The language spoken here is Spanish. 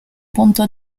punto